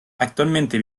actualmente